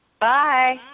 Bye